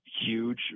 huge